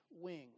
wing